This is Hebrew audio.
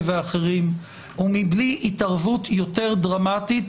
ואחרים או בלי התערבות דרמטית יותר,